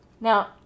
Now